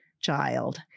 child